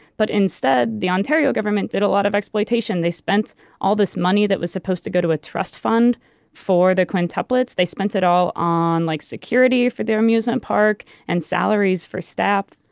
but instead, the ontario government did a lot of exploitation. they spent all this money that was supposed to go to a trust fund for the quintuplets, they spent it all on like security for their amusement park and salaries for staff.